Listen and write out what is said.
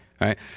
right